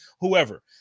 whoever